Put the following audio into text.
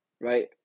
right